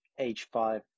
h5